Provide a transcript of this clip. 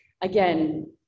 again